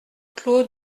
clos